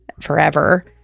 forever